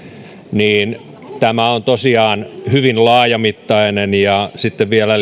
niin tämä on tosiaan hyvin laajamittainen ja sitten vielä